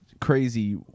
crazy